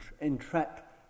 entrap